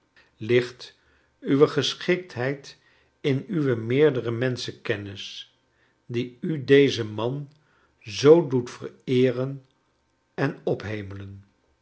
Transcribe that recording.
ligt uwe geschiktheid in uwe meerclere menschenkennis die u dezen man zoo doet vereeren en ophemelen